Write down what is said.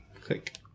Click